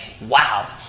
wow